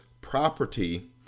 property